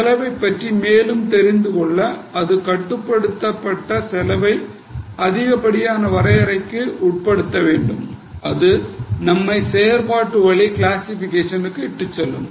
செலவைப் பற்றி தெரிந்துகொள்ள அல்லது கட்டுப்படுத்த செலவை அதிகமாக வரையறைக்கு உட்படுத்த வேண்டும் அது நம்மைச் செயல்படுத்தும் வழி கிளாசிஃபிகேஷனுக்கு இட்டுச்செல்லும்